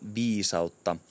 viisautta